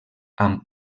amb